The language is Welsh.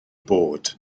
bod